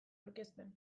aurkezten